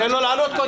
תן לו לענות קודם.